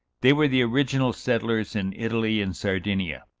they were the original settlers in italy and sardinia.